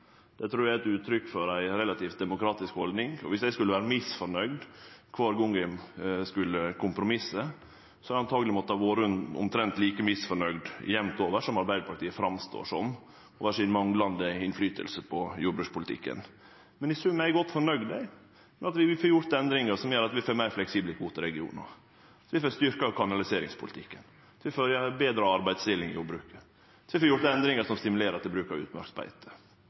Eg trur det er eit uttrykk for ei relativt demokratisk haldning. Viss eg skulle vore misfornøgd kvar gong eg skulle kompromisse, hadde eg truleg måtta vere omtrent like misfornøgd jamt over som Arbeidarpartiet framstår som over sin manglande innflytelse på jordbrukspolitikken. I sum er eg godt fornøgd med at vi får gjort endringar som gjer at vi får meir fleksible kvoteregionar. Vi får styrkt kanaliseringspolitikken. Vi får ei betre arbeidsdeling i jordbruket. Så har vi fått gjort endringar som stimulerer til bruk av